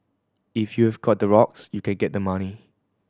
if you've got the rocks you can get the money